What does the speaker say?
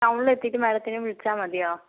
ടൗണിൽ എത്തീട്ട് മാഡത്തെ വിളിച്ചാൽമതിയോ